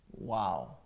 Wow